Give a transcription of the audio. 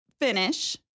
finish